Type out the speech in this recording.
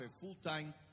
full-time